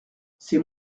c’est